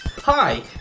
Hi